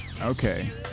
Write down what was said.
Okay